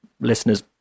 listeners